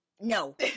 no